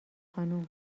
خانم